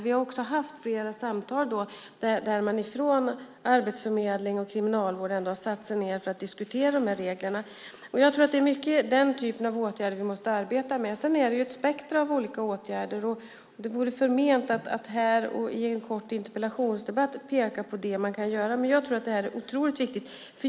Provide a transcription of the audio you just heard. Vi har också fört flera samtal där man från arbetsförmedling och kriminalvård ändå har satt sig ned för att diskutera reglerna. Jag tror att det är mycket av den typen av åtgärder vi måste arbeta med. Det finns ett spektrum av olika åtgärder, och det vore förment att här i en kort interpellationsdebatt peka på det man kan göra. Men jag tror att det här är otroligt viktigt.